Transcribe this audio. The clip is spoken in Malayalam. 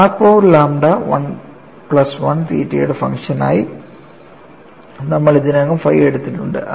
r പവർ ലാംഡ പ്ലസ് 1 തീറ്റയുടെ ഫംഗ്ഷനായി നമ്മൾ ഇതിനകം phi എടുത്തിട്ടുണ്ട്